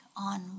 on